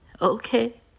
Okay